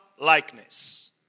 likeness